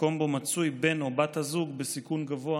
מקום שבו מצוי בן או בת הזוג בסיכון גבוה